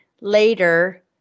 later